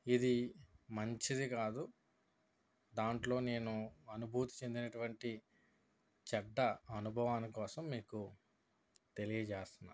ఇది మంచిది కాదు దాంట్లో నేను అనుభూతి చెందినటువంటి చెడ్డ అనుభవాన్ని కోసం మీకు తెలియచేస్తున్నాను